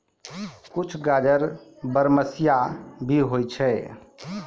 कुछ गाजर बरमसिया भी होय छै